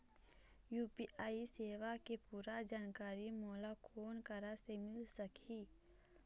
UPI सेवा के पूरा जानकारी मोला कोन करा से मिल सकही?